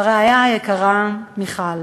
לרעיה היקרה מיכל,